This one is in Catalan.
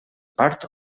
part